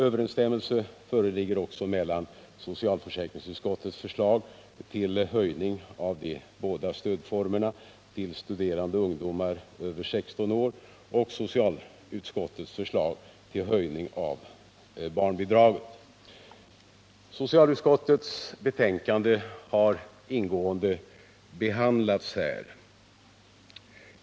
Överensstämmelse föreligger också mellan socialförsäkringsutskottets förslag till höjning av de båda stödformerna till studerande ungdomar över 16 år och socialutskottets förslag till höjning av barnbidraget. Socialutskottets betänkande har ingående behandlats här.